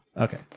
okay